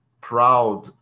proud